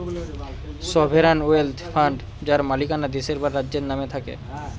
sovereign wealth fund যার মালিকানা দেশের বা রাজ্যের নামে থাকে